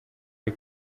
ari